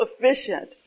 efficient